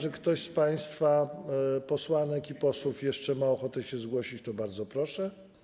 Jeśli ktoś z państwa posłanek i posłów jeszcze ma ochotę się zgłosić, to bardzo proszę.